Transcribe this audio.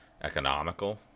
economical